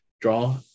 draw